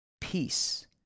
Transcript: peace